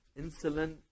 insulin